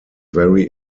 very